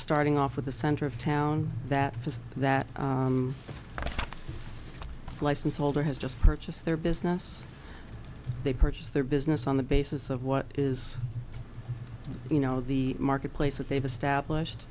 starting off with the center of town that fits that license holder has just purchased their business they purchased their business on the basis of what is you know the marketplace that they've established